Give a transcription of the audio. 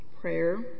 prayer